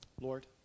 Lord